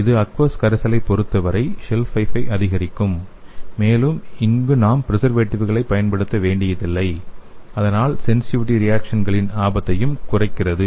இது அக்வஸ் கரைசல்களைப் பொறுத்தவரை ஷெல்ஃப் லைஃபை அதிகரிக்கும் மேலும் இங்கு நாம் ப்ரிசர்வேடிவ்களை பயன்படுத்த வேண்டியதில்லை இதனால் சென்சிடிவிடி ரியாக்சன்களின் ஆபத்தை குறைக்கிறது